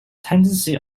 tendency